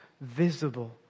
visible